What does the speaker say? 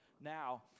now